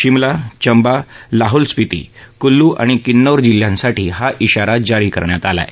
शिमला चंबा लाहौल स्पिती कुल्लु आणि किन्नौर जिल्ह्यांसाठी हा इशारा जारी करण्यात आला आहे